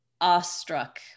awestruck